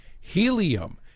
Helium